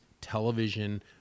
television